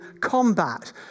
combat